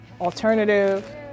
alternative